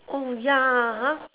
oh ya